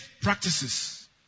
practices